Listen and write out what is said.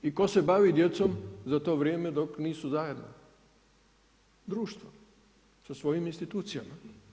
I tko se bavi djecom u to vrijeme dok nisu zajedno, društvo, sa svojim institucijama.